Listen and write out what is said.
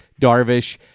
Darvish